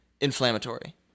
inflammatory